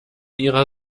ihrer